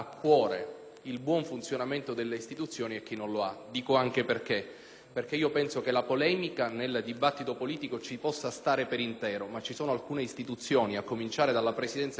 il buon funzionamento delle istituzioni e chi non lo ha. Dico questo perché io penso che la polemica nel dibattito politico ci possa stare per intero, ma ci sono alcune istituzioni, a cominciare dalla Presidenza della Repubblica,